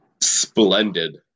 splendid